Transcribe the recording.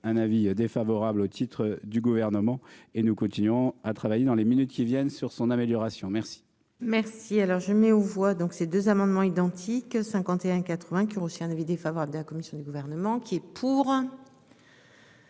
un avis défavorable au titre du gouvernement et nous continuerons à travailler dans les minutes qui viennent sur son amélioration, merci. Merci alors je mets aux voix donc ces deux amendements identiques, 51 80, qui ont reçu un avis défavorable de la commission du gouvernement. Qui est pour.